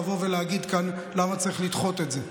לבוא ולהגיד כאן למה צריך לדחות את זה,